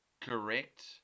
correct